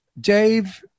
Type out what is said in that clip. Dave